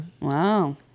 Wow